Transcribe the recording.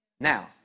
Now